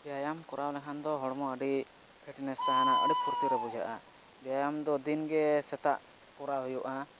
ᱵᱮᱭᱟᱢ ᱠᱚᱨᱟᱣ ᱞᱮᱠᱷᱟᱱ ᱫᱚ ᱦᱚᱲᱢᱚ ᱟᱹᱰᱤ ᱛᱟᱦᱮᱱᱟ ᱟᱹᱰᱤ ᱯᱷᱩᱨᱛᱤᱨᱮ ᱵᱩᱡᱷᱟᱹᱜᱼᱟ ᱵᱮᱭᱟᱢ ᱫᱚ ᱫᱤᱱᱜᱮ ᱥᱮᱛᱟᱜ ᱠᱚᱨᱟᱣ ᱦᱩᱭᱩᱜᱼᱟ